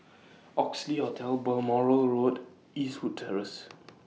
Oxley Hotel Balmoral Road Eastwood Terrace